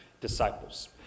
disciples